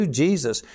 jesus